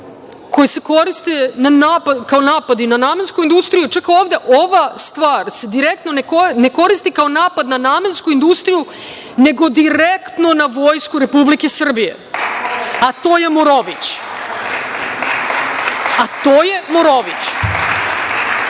koje se koriste kao napadi na namensku industriju, čak ovde ova stvar se direktno ne koristi kao napad na namensku industriju nego direktno na Vojsku Republike Srbije, a to je Morović. Kada neko iz